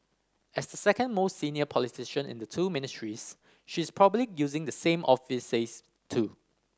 as the second most senior politician in the two Ministries she is probably using the same office space too